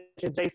Jason